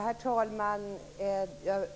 Herr talman! Jag